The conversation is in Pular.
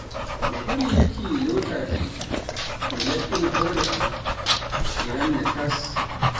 Mi ɓuri yikki lotaaki ngam mi laɓɓina hore am, mi ranna tas.